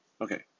okay